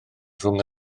rhwng